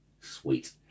Sweet